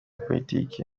politiki